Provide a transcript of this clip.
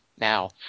now